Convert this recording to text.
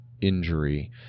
injury